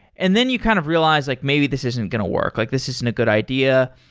and then you kind of realize like maybe this isn't going to work. like this isn't a good idea.